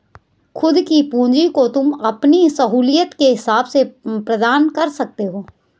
खुद की पूंजी को तुम अपनी सहूलियत के हिसाब से प्रदान कर सकते हो